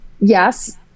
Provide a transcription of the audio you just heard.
yes